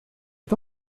est